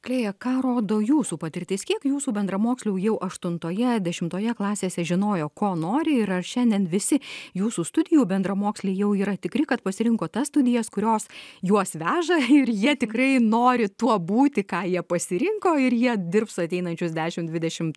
klėja ką rodo jūsų patirtis kiek jūsų bendramokslių jau aštuntoje dešimtoje klasėse žinojo ko nori ir ar šiandien visi jūsų studijų bendramoksliai jau yra tikri kad pasirinko tas studijas kurios juos veža ir jie tikrai nori tuo būti ką jie pasirinko ir jie dirbs ateinančius dešim dvidešim